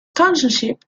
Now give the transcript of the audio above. consulship